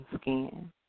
skin